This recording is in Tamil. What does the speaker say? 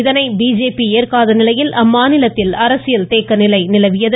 இதனை பிஜேபி ஏற்காத நிலையில் அம்மாநிலத்தில் அரசியல் தேக்கநிலை நிலவியது